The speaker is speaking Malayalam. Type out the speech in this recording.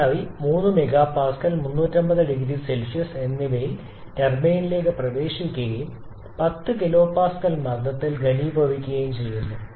നീരാവി 3 MPa 350 0C എന്നിവയിൽ ടർബൈനിലേക്ക് പ്രവേശിക്കുകയും 10 kPa മർദ്ദത്തിൽ ഘനീഭവിപ്പിക്കുകയും ചെയ്യുന്നു